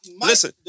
Listen